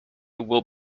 will